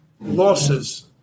losses